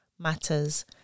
matters